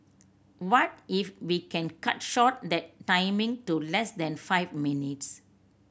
what if we can cut short that timing to less than five minutes